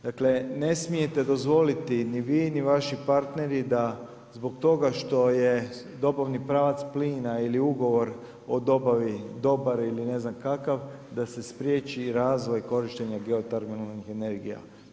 Dakle, ne smijete dozvoliti ni vi ni vaši partneri da zbog toga što je dobavni pravac plina ili ugovor o dobavi ili ne znam kakav da se spriječi razvoj korištenja geotermalnih energija.